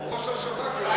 ראש השב"כ יושב לידה.